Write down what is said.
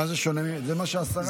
זה מה שהשרה הציעה.